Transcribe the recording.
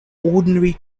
ordinary